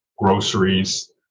groceries